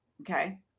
okay